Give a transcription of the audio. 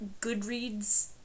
Goodreads